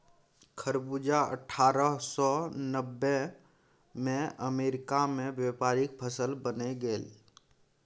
खरबूजा अट्ठारह सौ नब्बेमे अमेरिकामे व्यापारिक फसल बनि गेल